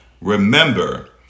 remember